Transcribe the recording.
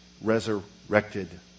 resurrected